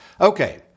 Okay